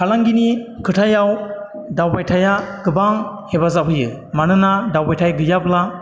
फालांगिनि खोथायाव दावबायथाइया गोबां हेफाजाब होयो मानोना दावबायथाइ गैयाब्ला